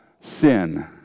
sin